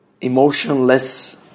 emotionless